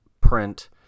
print